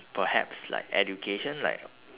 perhaps like education like